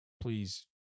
please